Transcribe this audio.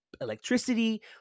electricity